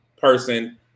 person